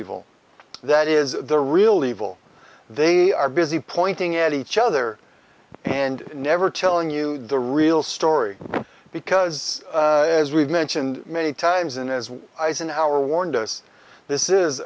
evil that is the real evil they are busy pointing at each other and never telling you the real story because as we've mentioned many times in as eisenhower warned us this is